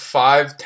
five